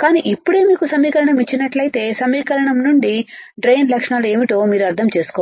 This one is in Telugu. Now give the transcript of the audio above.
కానీ ఇప్పుడే మీకు సమీకరణం ఇచ్చినట్లయితే సమీకరణం నుండి డ్రైన్ లక్షణాలు ఏమిటో మీరు అర్థం చేసుకోవచ్చు